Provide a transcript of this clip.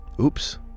Oops